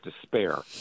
despair